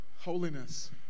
Holiness